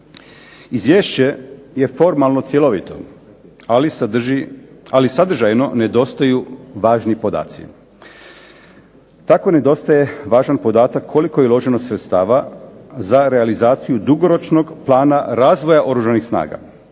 Izvješće je formalno cjelovito, ali sadržajno nedostaju važni podaci. Tako nedostaje važan podatak koliko je uloženo sredstava za realizaciju dugoročnog plana razvoja Oružanih snaga.